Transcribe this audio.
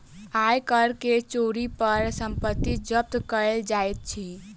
आय कर के चोरी पर संपत्ति जब्त कएल जाइत अछि